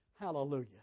hallelujah